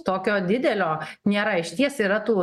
tokio didelio nėra išties yra tų